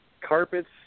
carpets